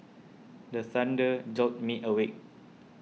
the thunder jolt me awake